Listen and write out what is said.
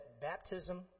baptism